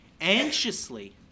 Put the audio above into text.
anxiously